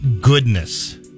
goodness